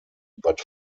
but